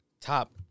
top